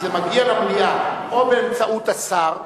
זה מגיע למליאה או באמצעות השר,